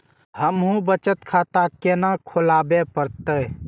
हमू बचत खाता केना खुलाबे परतें?